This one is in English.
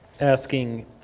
asking